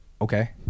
okay